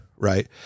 Right